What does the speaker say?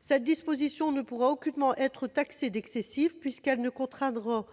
Cette disposition ne pourra aucunement être qualifiée d'excessive puisqu'elle contraindra